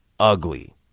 Ugly